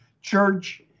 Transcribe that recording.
church